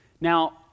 Now